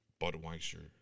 Budweiser